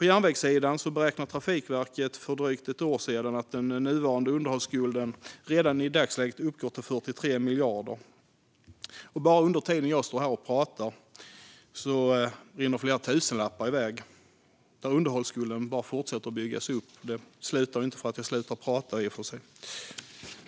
Trafikverket beräknade för drygt ett år sedan att underhållsskulden på järnvägssidan uppgår till 43 miljarder. Bara under tiden som jag står här och pratar rinner flera tusenlappar iväg, och underhållsskulden bara fortsätter att byggas upp. Det slutar i och för sig inte för att jag slutar prata. Herr talman!